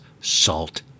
salt